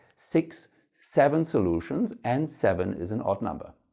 six, seven solutions and seven is an odd number.